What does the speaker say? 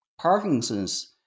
Parkinson's